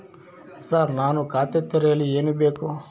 Sir ನಾನು ಖಾತೆ ತೆರೆಯಲು ಏನು ಬೇಕು?